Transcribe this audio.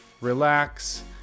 relax